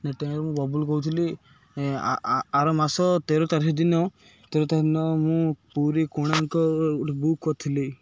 ନଟଙ୍ଗାରୁ ବବୁଲ କହୁଥିଲି ଆ ଆ ଆର ମାସ ତେର ତାରିଖ ଦିନ ତେର ତାରିଖ ଦିନ ମୁଁ ପୁରୀ କୋଣାର୍କ ଗୋଟେ ବୁକ୍ କରିଥିଲି